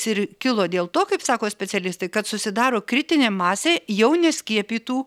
ir kilo dėl to kaip sako specialistai kad susidaro kritinė masė jau neskiepytų